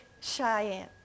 Cheyenne